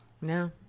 No